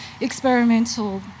experimental